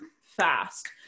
fast